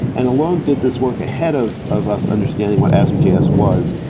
and alone did this work ahead of of us understanding what asm js was.